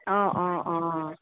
অঁ অঁ অঁ